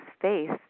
faith